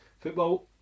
football